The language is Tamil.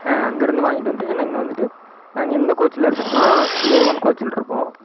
ஆ அங்கே இருந்து வாங்கிட்டு வந்து என்ன இங்கே வந்துவிட்டு நாங்கள் எந்த கோச்சில் இருப்போன்னா ஏ ஒன் கோச்சில்ருப்போம்